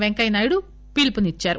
వెంకయ్యనాయుడు పిలుపునిచ్చారు